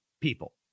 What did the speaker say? people